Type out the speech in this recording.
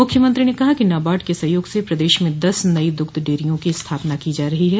मुख्यमंत्री ने कहा कि नबार्ड के सहयोग से प्रदेश में दस नई दुग्ध डेयरियों की स्थापना की जा रही है